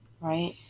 right